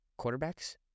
Quarterbacks